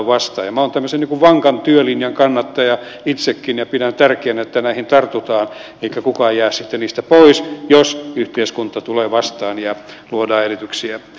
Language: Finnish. minä olen tämmöisen vankan työlinjan kannattaja itsekin ja pidän tärkeänä että näihin tartutaan eikä kukaan jää sitten niistä pois jos yhteiskunta tulee vastaan ja luodaan edellytyksiä työpaikoille